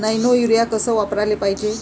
Nano urea कस वापराले पायजे?